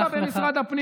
כמה במשרד הפנים?